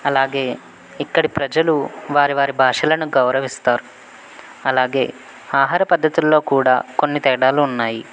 అలాగే ఇక్కడి ప్రజలు వారి వారి భాషలను గౌరవిస్తారు అలాగే ఆహార పద్ధతుల్లో కూడా కొన్ని తేడాలు ఉన్నాయి